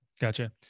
Gotcha